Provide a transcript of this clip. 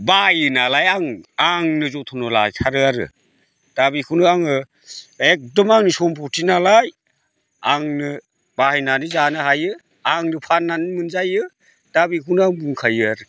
बायो नालाय आंनो जथन' लाथारो आरो दा बेखौनो आङो एखदम आंनि सम्फथि नालाय आंनो बाहायनानै जानो हायो आंनो फाननानै मोनजायो दा बेखौनो आं बुंखायो आरखि